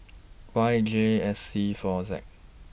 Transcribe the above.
Y J S C four Z